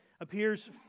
appears